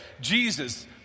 Jesus